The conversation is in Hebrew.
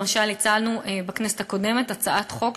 למשל הצענו בכנסת הקודמת הצעת חוק,